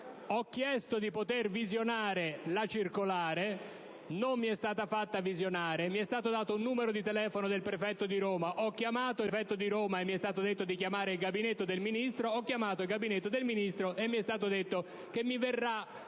Ho chiesto di poter visionare la circolare; non mi è stato concesso e mi è stato dato un numero di telefono del prefetto di Roma. Ho chiamato il prefetto e mi è stato detto di chiamare il Gabinetto del Ministro; ho chiamato il Gabinetto del Ministro e mi è stato detto che mi verrà